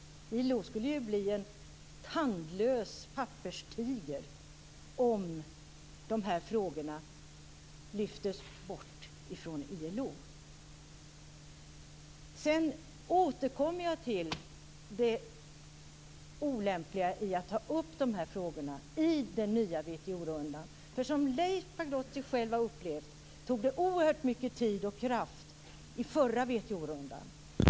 ILO skulle ju bli en tandlös papperstiger om dessa frågor lyftes bort från ILO. Sedan återkommer jag till det olämpliga i att ta upp de här frågorna i WTO-rundan, för som Leif Pagrotsky själv har upplevt tog de oerhört mycket tid och kraft vid förra WTO-rundan.